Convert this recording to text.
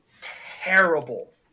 Terrible